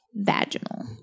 Vaginal